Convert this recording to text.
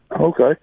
Okay